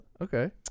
okay